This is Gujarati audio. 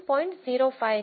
05 છે